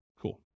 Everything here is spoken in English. Cool